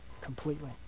completely